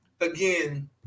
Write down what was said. again